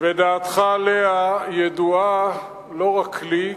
ודעתך עליה ידועה לא רק לי,